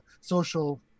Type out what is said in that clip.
social